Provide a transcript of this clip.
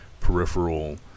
peripheral